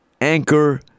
Anchor